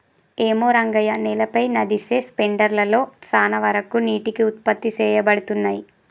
ఏమో రంగయ్య నేలపై నదిసె స్పెండర్ లలో సాన వరకు నీటికి ఉత్పత్తి సేయబడతున్నయి